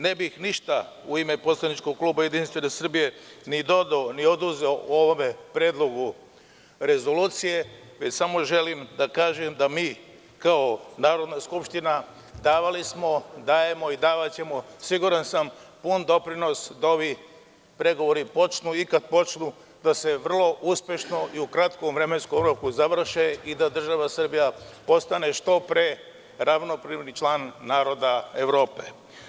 Ne bih ništa, u ime poslaničkog kluba JS, ni dodao ni oduzeo ovome predlogu rezolucije, već samo želim da kažem dasmo kao Narodna skupština davali, dajemo i davaćemo, siguran sam, pun doprinos da ovi pregovori počnu i kada počnu da se vrlo uspešno i u kratkom vremenskom roku završe i da država Srbija postane ravnopravni član naroda Evrope.